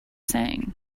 saying